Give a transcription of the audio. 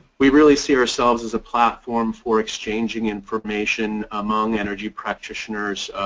we really see ourselves as a platform for exchanging information among energy practitioners,